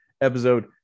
episode